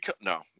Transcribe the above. no